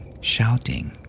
shouting